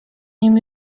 nim